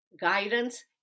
guidance